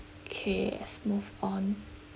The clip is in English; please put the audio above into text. K let's move on